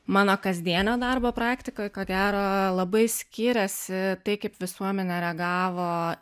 mano kasdienio darbo praktikoj ko gero labai skiriasi tai kaip visuomenė reagavo